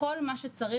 כל מה שצריך.